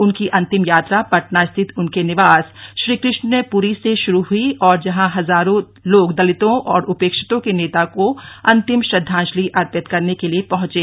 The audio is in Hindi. उनकी अन्तिम यात्रा पटना स्थित उनके निवास श्रीकृष्परी से शरू हई और जहां हजारों लोग दलितों और उपेक्षितों के नेता को अंतिम श्रद्धांजलि अर्पित करने के लिए पहुंचे